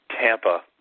Tampa